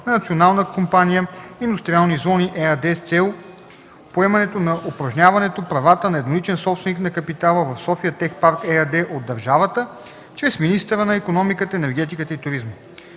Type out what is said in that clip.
на „Национална компания индустриални зони” ЕАД с цел поемането на упражняването правата на едноличен собственик на капитала в „София Тех Парк” ЕАД от държавата чрез министъра на икономиката, енергетиката и туризма.